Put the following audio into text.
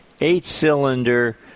eight-cylinder